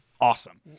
awesome